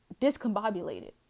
discombobulated